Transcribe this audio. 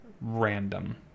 random